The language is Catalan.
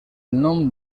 nom